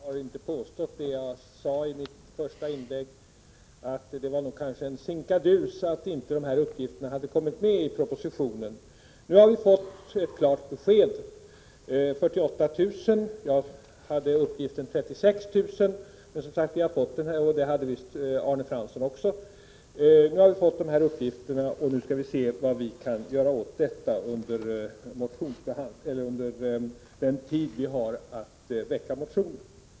Herr talman! Vi vill inte alls dölja någonting, säger Anna-Greta Leijon. Jag har inte påstått det heller. Jag sade i mitt första inlägg att det var kanske en sinkadus att inte alla uppgifter kommit med i propositionen. Nu har vi fått ett klart besked — 48 000. Jag hade uppgiften 36 000, och det hade visst Arne Fransson också. Nu skall vi se vad vi kan göra åt detta under den tid vi har att väcka motioner.